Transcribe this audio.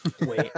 wait